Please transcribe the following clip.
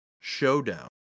showdown